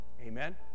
Amen